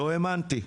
לא האמנתי.